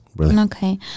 Okay